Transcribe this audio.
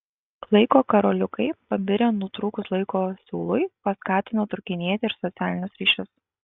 laiko karoliukai pabirę nutrūkus laiko siūlui paskatino trūkinėti ir socialinius ryšius